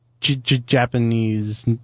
Japanese